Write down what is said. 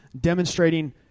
demonstrating